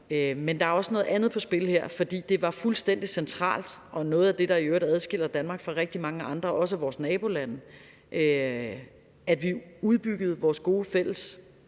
Men der er også noget andet på spil her. For det var fuldstændig centralt – og noget af det, der i øvrigt adskiller Danmark fra rigtig mange andre lande, herunder også vores nabolande – at vi udbyggede vores gode fælles